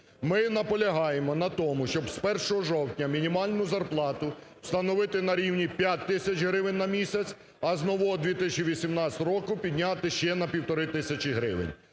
Ми наполягаємо на тому, щоб з 1 жовтня мінімальну зарплату встановити на рівні 5 тисяч гривень на місяць, а з нового 2018 року підняти ще на 1,5 тисячі гривень.